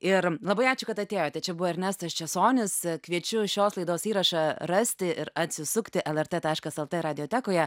ir labai ačiū kad atėjote čia buvo ernestas česonis kviečiu šios laidos įrašą rasti ir atsisukti lrt taškas lt radiotekoje